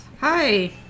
Hi